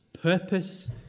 Purpose